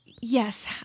Yes